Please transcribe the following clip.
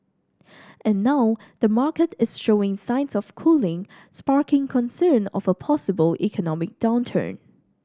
and now the market is showing signs of cooling sparking concern of a possible economic downturn